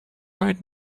right